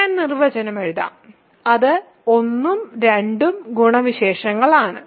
ഞാൻ നിർവചനം എഴുതാം അത് ഒന്നും രണ്ടും ഗുണവിശേഷങ്ങളാണ്